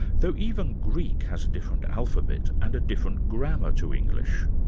though even greek has a different alphabet and a different grammar to english.